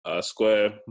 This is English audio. square